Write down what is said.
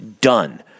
done